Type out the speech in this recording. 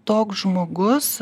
toks žmogus